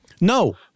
No